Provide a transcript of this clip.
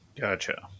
Gotcha